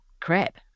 crap